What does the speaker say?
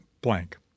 blank